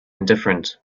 indifferent